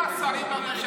העלאת קצבאות.